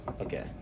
Okay